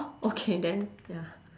okay then ya